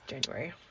january